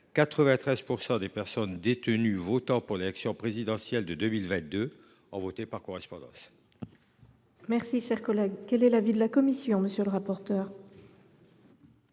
93 % des personnes détenues qui ont voté à l’élection présidentielle de 2022 ont voté par correspondance.